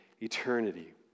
eternity